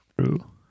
True